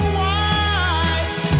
white